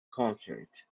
concert